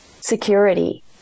Security